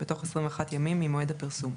בתוך 21 ימים ממועד הפרסום.